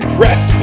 Press